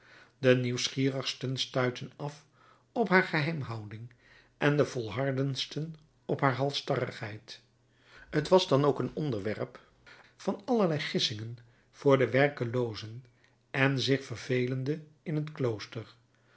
de nieuwsgierigsten stuitten af op haar geheimhouding en de volhardendsten op haar halsstarrigheid t was dan ook een onderwerp van allerlei gissingen voor de werkeloozen en zich vervelenden in het klooster